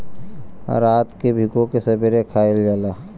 रात के भिगो के सबेरे खायल जाला